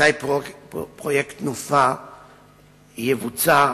מתי פרויקט תנופ"ה יבוצע.